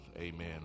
amen